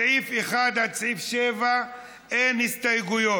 לסעיפים 1 7 אין הסתייגות.